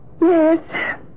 Yes